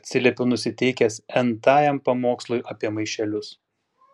atsiliepiau nusiteikęs n tajam pamokslui apie maišelius